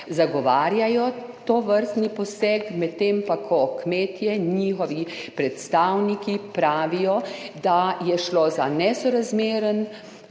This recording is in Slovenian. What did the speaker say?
zagovarjajo tovrstni poseg, medtem ko pa kmetje, njihovi predstavniki pravijo, da je šlo za nesorazmeren